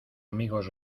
amigos